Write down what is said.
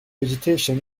vegetation